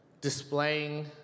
displaying